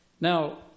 Now